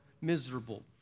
miserable